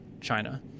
China